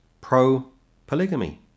pro-polygamy